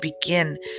begin